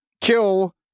Kill